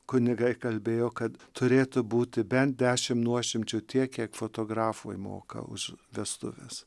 kunigai kalbėjo kad turėtų būti bent dešim nuošimčių tiek kiek fotografui moka už vestuves